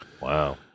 Wow